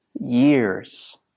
years